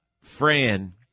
Fran